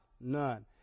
None